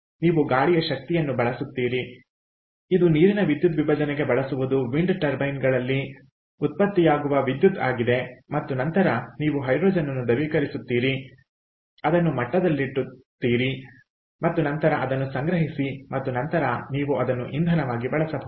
ನೀವು ಗಾಳಿಯ ಶಕ್ತಿಯನ್ನು ಬಳಸುತ್ತೀರಿ ಇದು ನೀರಿನ ವಿದ್ಯುದ್ವಿಭಜನೆಗೆ ಬಳಸುವುದು ವಿಂಡ್ ಟರ್ಬೈನ್ಗಳಲ್ಲಿ ಉತ್ಪತ್ತಿಯಾಗುವ ವಿದ್ಯುತ್ ಆಗಿದೆ ಮತ್ತು ನಂತರ ನೀವು ಹೈಡ್ರೋಜನ್ ಅನ್ನು ದ್ರವೀಕರಿಸುತ್ತೀರಿ ಅದನ್ನು ಮಟ್ಟದಲ್ಲಿದಲ್ಲಿಡುತ್ತೀರಿ ಮತ್ತು ನಂತರ ಅದನ್ನು ಸಂಗ್ರಹಿಸಿರಿ ಮತ್ತು ನಂತರ ನೀವು ಅದನ್ನು ಇಂಧನವಾಗಿ ಬಳಸಬಹುದು